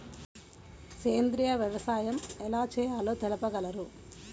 సేంద్రీయ వ్యవసాయం ఎలా చేయాలో తెలుపగలరు?